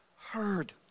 heard